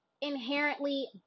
inherently